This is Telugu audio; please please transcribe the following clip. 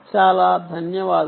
చాలా ధన్యవాదాలు